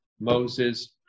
Moses